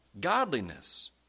godliness